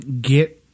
get –